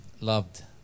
loved